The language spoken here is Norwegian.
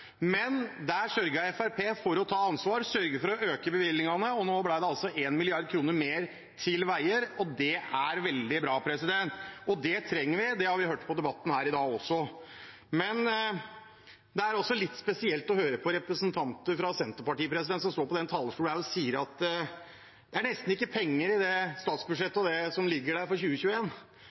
Men her sørget Fremskrittspartiet for å ta ansvar, sørget for å øke bevilgningene. Da ble det altså 1 mrd. kr mer til veier, og det er veldig bra. Det trenger vi, det har vi hørt i debatten her i dag også. Det er også litt spesielt å høre på representanter fra Senterpartiet, som står på denne talerstolen og sier at det er nesten ikke penger i dette statsbudsjettet for